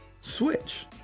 switch